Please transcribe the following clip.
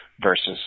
versus